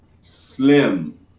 slim